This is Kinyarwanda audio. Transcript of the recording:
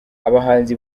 abahanzi